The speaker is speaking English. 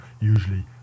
usually